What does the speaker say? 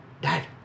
Dad